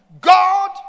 God